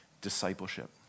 discipleship